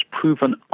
proven